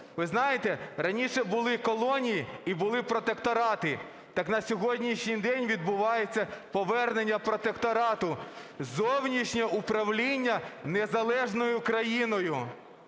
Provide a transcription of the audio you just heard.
Ви знаєте, раніше були колонії і були протекторати, так на сьогоднішній день відбувається повернення протекторату, зовнішнє управління незалежною Україною.